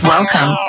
Welcome